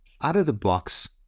out-of-the-box